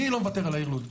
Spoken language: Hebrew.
אני לא מוותר על העיר לוד.